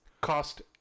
Cost